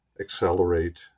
accelerate